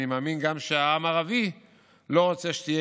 אני מאמין שגם העם הערבי לא רוצה שתהיה